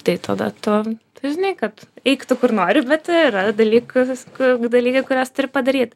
tai tada tu tu žinai kad eik tu kur nori bet yra dalykus ku dalykai kuriuos turi padaryt